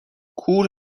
کور